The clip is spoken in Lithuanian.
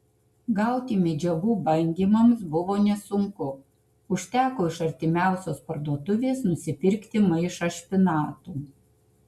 gauti medžiagų bandymams buvo nesunku užteko iš artimiausios parduotuvės nusipirkti maišą špinatų